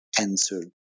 answer